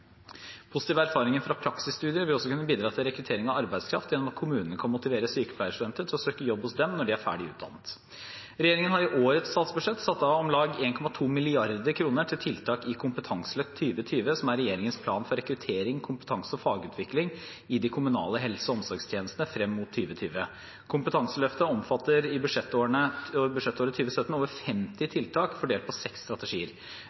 Positive erfaringer fra praksisstudier vil også kunne bidra til rekruttering av arbeidskraft gjennom at kommunene kan motivere sykepleierstudenter til å søke jobb hos dem når de er ferdig utdannet. Regjeringen har i årets statsbudsjett satt av om lag 1,2 mrd. kr til tiltak i Kompetanseløft 2020, som er regjeringens plan for rekruttering, kompetanse- og fagutvikling i de kommunale helse- og omsorgstjenestene frem mot 2020. Kompetanseløft 2020 omfatter i budsjettåret 2017 over 50 tiltak, fordelt på seks strategier.